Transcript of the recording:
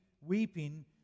weeping